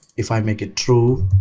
if we make it true